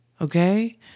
okay